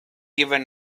given